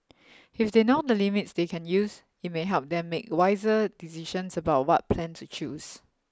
if they know the limits they can use it may help them make wiser decisions about what plan to choose